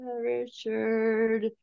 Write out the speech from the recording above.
Richard